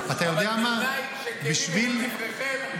אבל בתנאי שכנים יהיו דבריכם,